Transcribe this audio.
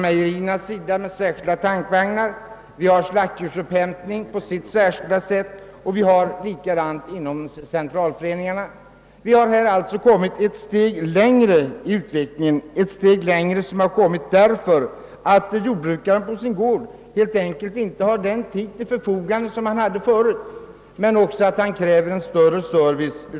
Mejerierna har ordnat med särskilda tankvagnar, och slaktdjursupphämtningarna sker på motsvarande sätt. Detsamma är förhållandet inom centralföreningarna. Vi har alltså kommit ett steg längre i utvecklingen helt enkelt därför att jordbrukaren inte har samma tid till förfogande som förut och därför kräver en bättre service.